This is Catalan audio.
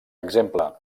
exemple